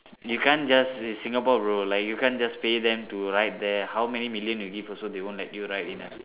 you can't just it's Singapore bro like you can't just pay them to write there how many million you give also they won't let you write in the